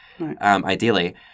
ideally